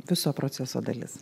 viso proceso dalis